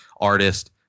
artist